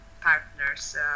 partners